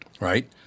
right